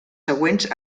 següents